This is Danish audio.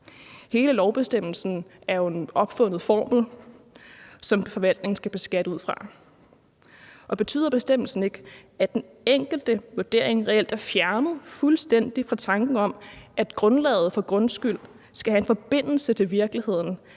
Hele lovbestemmelsen er jo en opfundet formel, som forvaltningen skal beskatte ud fra. Betyder bestemmelsen ikke, at den enkelte vurdering reelt er fjernet fuldstændig fra tanken om, at grundlaget for grundskyld skal have en forbindelse til virkeligheden,